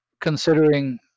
considering